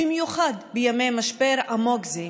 במיוחד בימי משבר עמוק זה,